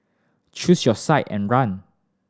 choose your side and run